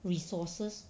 resources